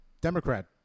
Democrat